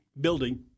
building